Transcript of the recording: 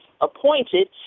appointed